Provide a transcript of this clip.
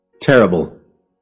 Terrible